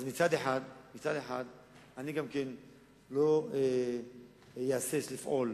אז, אז מצד אחד, אני גם כן לא אהסס לפעול